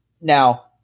now